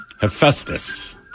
Hephaestus